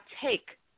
take